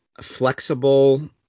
flexible